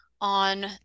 on